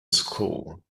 school